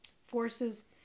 forces